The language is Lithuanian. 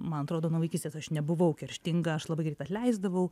man atrodo nuo vaikystės aš nebuvau kerštinga aš labai greit paleisdavau